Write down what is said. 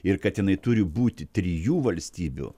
ir kad jinai turi būti trijų valstybių